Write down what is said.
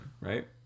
right